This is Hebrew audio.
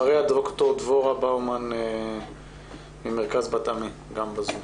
אחריה ד"ר דבורה באומן ממרכז בת עמי גם בזום.